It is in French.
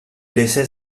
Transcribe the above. laissait